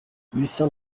lucien